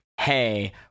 hey